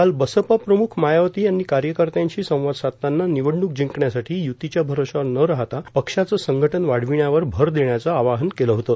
काल बसपा प्रमुख मायावती यांनी कार्यकर्त्यांशी संवाद साधताना निवडणूक जिंकण्यासाठी युतीच्या भरवशावर न राहता पक्षाचे संघटन वाढविण्यावर भर देण्याचं आवाहन केलं होतं